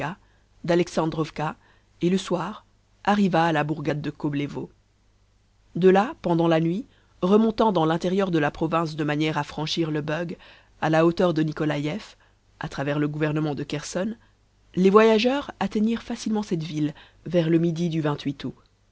d'alexandrowka et le soir arriva à la bourgade de koblewo de là pendant la nuit remontant dans l'intérieur de la province de manière à franchir le bug à la hauteur de nikolaief à travers le gouvernement de kherson les voyageurs atteignirent facilement cette ville vers le midi du août